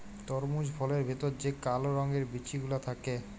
তরমুজ ফলের ভেতর যে কাল রঙের বিচি গুলা থাক্যে